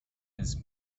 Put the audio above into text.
his